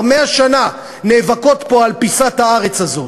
100 שנה נאבקות פה על פיסת הארץ הזאת.